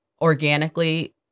organically